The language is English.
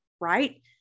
right